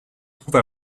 trouve